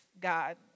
God